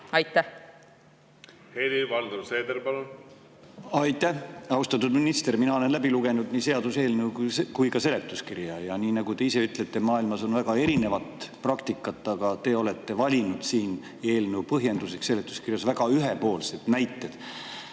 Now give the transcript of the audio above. palun! Helir-Valdor Seeder, palun! Aitäh! Austatud minister! Mina olen läbi lugenud nii seaduseelnõu kui ka seletuskirja. Nagu te ise ütlete, maailmas on väga erinevat praktikat, aga teie olete valinud eelnõu põhjenduseks seletuskirjas väga ühepoolsed näited,